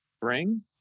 bring